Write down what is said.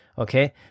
Okay